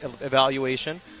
evaluation